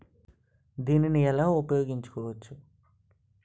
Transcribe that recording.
దీన్ని ఎలా ఉపయోగించు కోవచ్చు?